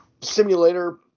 simulator